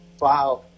Wow